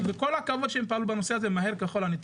וכל הכבוד שהם פעלו בנושא הזה מהר ככל הניתן.